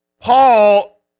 Paul